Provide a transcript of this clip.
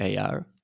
AR